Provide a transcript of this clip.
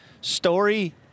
story